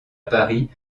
paris